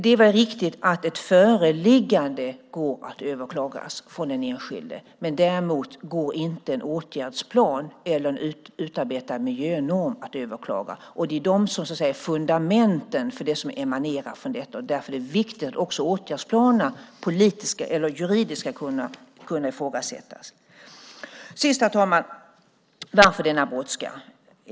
Det är riktigt att ett föreläggande går att överklaga av den enskilde. Däremot går inte en åtgärdsplan eller en utarbetad miljönorm att överklaga. Det är de som så att säga är fundamenten för det som emanerar från detta. Därför är det viktigt att också åtgärdsplaner ska kunna ifrågasättas juridiskt. Sist, herr talman, vill jag fråga: Varför denna brådska?